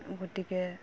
গতিকে